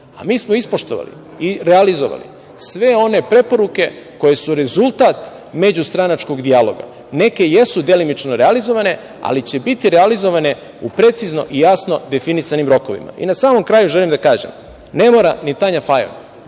a mi smo ispoštovali i realizovali sve one preporuke koje su rezultat međustranačkog dijaloga. Neke jesu delimično realizovane, ali će biti realizovane u precizno i jasno definisanim rokovima. Na samom kraju želim da kažem da ne mora ni Tanja Fajon,